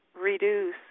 reduce